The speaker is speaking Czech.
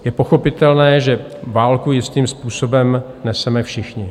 Je pochopitelné, že válku jistým způsobem neseme všichni.